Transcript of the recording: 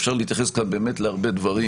אפשר להתייחס כאן באמת להרבה דברים